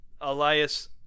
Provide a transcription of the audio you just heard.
Elias